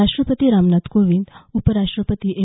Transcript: राष्ट्रपती रामनाथ कोविंद उपराष्ट्रपती एम